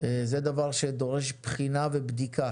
זה דבר שדורש בחינה ובדיקה.